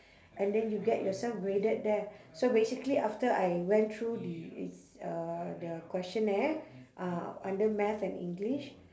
and then you get yourself graded there so basically after I went through the uh the questionnaire uh under math and english